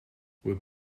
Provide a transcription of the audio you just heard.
would